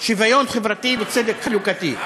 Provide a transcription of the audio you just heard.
שוויון חברתי וצדק חלוקתי.